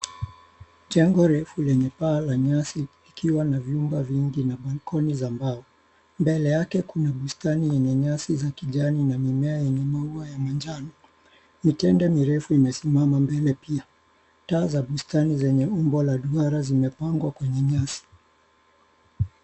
Jengo refu lenye paa la nyasi likiwa na vyumba vingi na balcony za mbao. Mbele yake kuna bustani yenye nyasi za kijani na mimea yenye maua ya manjano. Mitende mirefu imesimama mbele pia. Taa za bustani zenye umbo la duara zimepangwa kwenye nyasi.